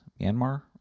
Myanmar